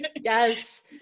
Yes